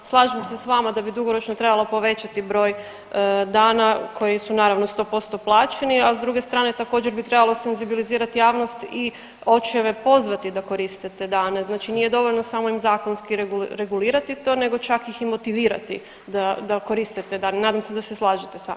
Slažem se s vama da bi dugoročno trebalo povećati broj dana koji su naravno 100% plaćeni, a s druge strane također bi trebalo senzibilizirati javnost i očeve pozvati da koriste te dane, znači nije dovoljno samo im zakonski regulirati to nego čak ih i motivirati da, da koriste te dane, nadam se da se slažete sa mnom.